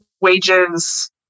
wages